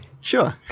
Sure